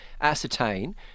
ascertain